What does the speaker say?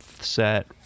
set